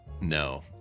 no